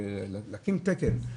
להקים תקן,